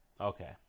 Okay